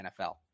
NFL